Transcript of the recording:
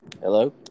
Hello